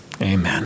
Amen